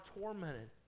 tormented